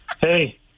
Hey